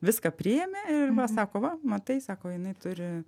viską priėmė ir va sako va matai sako jinai turi